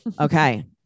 Okay